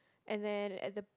and then at the